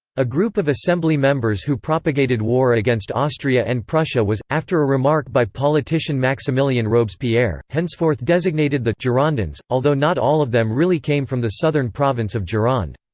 a group of assembly members who propagated war against austria and prussia was, after a remark by politician maximilien robespierre, henceforth designated the girondins, although not all of them really came from the southern province of gironde.